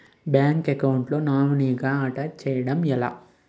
Bank account లో నామినీగా attach చేయడం ఎలా?